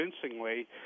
convincingly